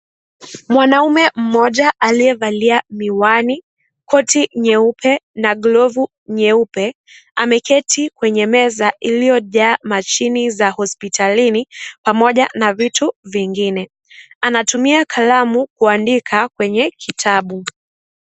Mwanamume mmoja aliyevalia miwani, koti nyeupe, na glovu nyeupe, ameketi kwenye meza iliyojaa mashine za hospitalini, pamoja na vitu vingine. Anatumia kalamu kuandika kwenye kitabu.